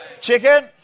chicken